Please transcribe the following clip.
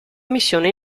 missione